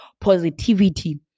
positivity